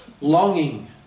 longing